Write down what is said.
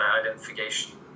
identification